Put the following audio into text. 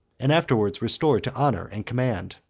and afterwards restored to honor and command.